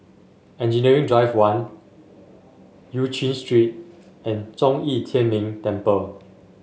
Engineering Drive One Eu Chin Street and Zhong Yi Tian Ming Temple